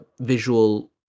visual